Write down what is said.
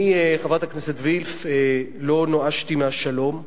אני, חברת הכנסת וילף, לא נואשתי מהשלום,